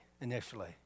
initially